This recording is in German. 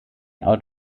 out